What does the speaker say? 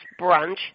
Brunch